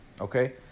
okay